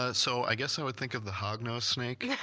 ah so i guess i would think of the hognose snake yeah